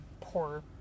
poor